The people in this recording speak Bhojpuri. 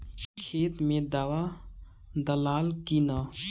खेत मे दावा दालाल कि न?